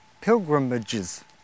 pilgrimages